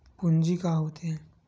पूंजी का होथे?